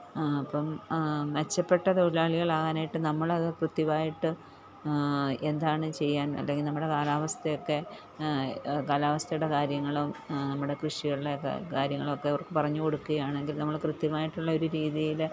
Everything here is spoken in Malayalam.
അപ്പം മെച്ചപ്പെട്ട തൊഴിലാളികൾ ആകാനായിട്ട് നമ്മൾ അത് കൃത്യമായിട്ട് എന്താണ് ചെയ്യാൻ അല്ലെങ്കിൽ നമ്മുടെ കാലാവസ്ഥയൊക്കെ കാലാവസ്ഥയുടെ കാര്യങ്ങളും നമ്മുടെ കൃഷികളിലെ ഒക്കെ കാര്യങ്ങളൊക്കെ അവർക്ക് പറഞ്ഞുകൊടുക്കുകയാണെങ്കിൽ നമ്മൾ കൃത്യമായിട്ടുള്ള ഒരു രീതിയിൽ